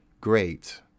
great